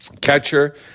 catcher